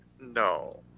No